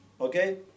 Okay